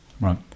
Right